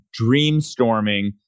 dreamstorming